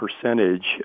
percentage